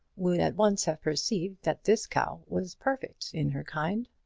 would at once have perceived that this cow was perfect in her kind.